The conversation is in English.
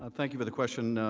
and thank you for the question.